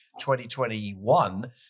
2021